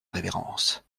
révérence